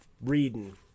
reading